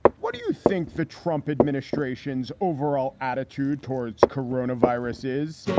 what do you think the trump administration's overall attitude towards corona virus is?